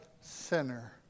sinner